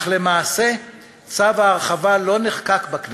אך למעשה צו ההרחבה לא נחקק בכנסת,